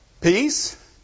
peace